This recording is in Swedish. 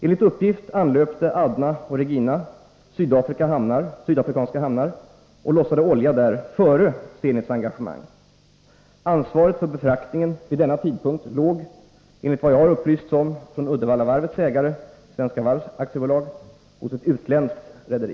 Enligt uppgift anlöpte Adna och Regina sydafrikanska hamnar och lossade olja där före Zenits engagemang. Ansvaret för befraktningen vid denna tidpunkt låg, enligt vad jag upplysts om från Uddevallavarvets ägare, Svenska Varv AB, hos ett utländskt rederi.